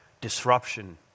disruption